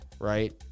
right